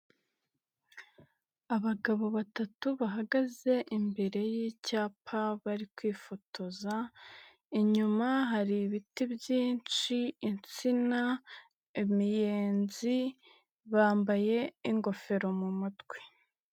Abagabo batatu bahagaze imbere y'icyapa bari kwifotoza, inyuma hari ibiti byinshi insina, imiyenzi, bambaye ingofero mu mutwe.